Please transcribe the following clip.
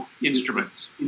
instruments